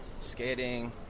skating